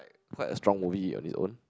quite a strong movie on its own